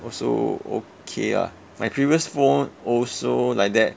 also okay lah my previous phone also like that